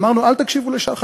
אמרנו: אל תקשיבו לשחל,